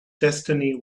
destiny